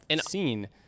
seen